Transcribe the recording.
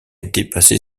dépasser